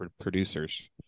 producers